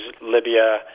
Libya